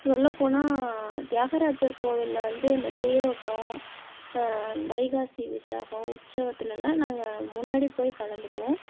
சொல்லப்போனால் தியாகராஜர் கோவில்ல வந்து இந்த தேரோட்டம் வைகாசி விஷாகம் உற்ச்சவத்துலெலாம் நாங்கள் முன்னாடி போய் கலந்துப்போம்